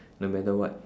no matter what